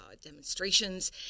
demonstrations